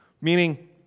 Meaning